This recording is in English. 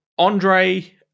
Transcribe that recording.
Andre